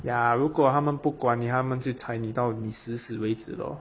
ya 如果他们不管你他们就踩到你死死为止咯